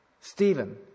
Stephen